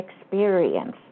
experience